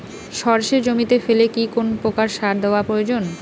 সর্ষে জমিতে ফেলে কি কোন প্রকার সার দেওয়া প্রয়োজন?